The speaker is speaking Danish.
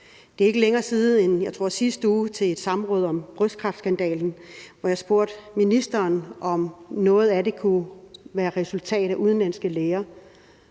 Det er ikke længere siden end sidste uge, tror jeg, at jeg til et samråd om brystkræftskandalen spurgte ministeren, om noget af det kunne være et resultat af, at vi har udenlandske læger.